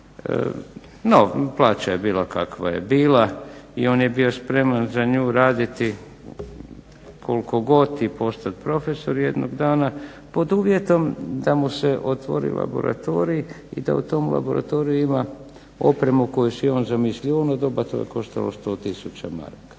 No, plaća je bila kakva je bila i on je bio spreman za nju raditi koliko god i postati profesor jednog dana pod uvjetom da mu se otvori laboratorij i da u tom laboratoriju ima opremu koju si je on zamislio. U ono doba to je koštalo 100000 maraka.